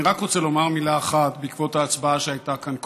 אני רק רוצה לומר מילה אחת בעקבות ההצבעה שהייתה כאן קודם.